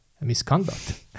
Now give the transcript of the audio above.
misconduct